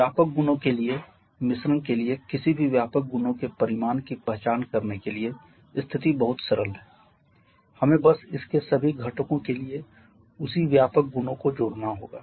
व्यापक गुणों के लिए मिश्रण के लिए किसी भी व्यापक गुणों के परिमाण की पहचान करने के लिए स्थिति बहुत सरल है हमें बस इसके सभी घटकों के लिए उसी व्यापक गुणों को जोड़ना होगा